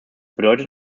bedeutet